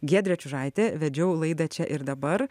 giedrė čiužaitė vedžiau laidą čia ir dabar